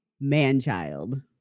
man-child